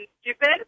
stupid